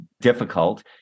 difficult